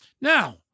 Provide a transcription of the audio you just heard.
Now